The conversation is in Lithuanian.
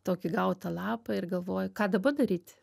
tokį gautą lapą ir galvoji ką daba daryt